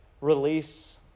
Release